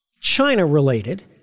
China-related